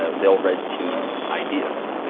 ah they'll red team ideas.